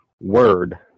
word